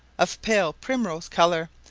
of pale primrose colour,